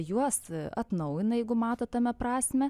juos atnaujina jeigu mato tame prasmę